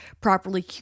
properly